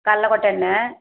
கல்லக்கொட்ட எண்ணெய்